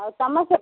ଆଉ ତମ ସେପଟେ